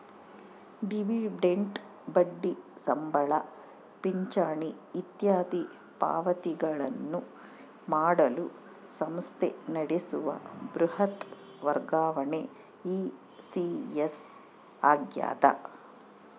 dividend ಬಡ್ಡಿ ಸಂಬಳ ಪಿಂಚಣಿ ಇತ್ಯಾದಿ ಪಾವತಿಗಳನ್ನು ಮಾಡಲು ಸಂಸ್ಥೆ ನಡೆಸುವ ಬೃಹತ್ ವರ್ಗಾವಣೆ ಇ.ಸಿ.ಎಸ್ ಆಗ್ಯದ